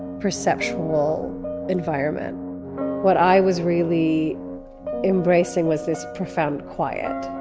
perceptual environment what i was really embracing was this profound quiet.